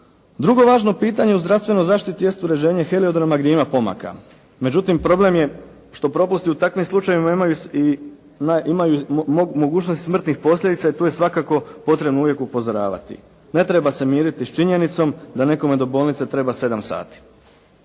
Drugo važno pitanje u zdravstvenoj zaštiti jest uređenje heliodroma gdje ima pomaka. Međutim, problem je što propusti u takvim slučajevima imaju mogućnost smrtnih posljedica i tu je svakako potrebno uvijek upozoravati. Ne treba se miriti s činjenicom da nekome do bolnice treba 7 sati.